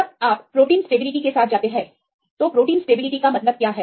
जब आप protein stability के साथ जाते हैं तो प्रोटीन स्टेबिलिटी का क्या मतलब है